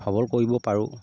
সবল কৰিব পাৰোঁ